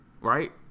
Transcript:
Right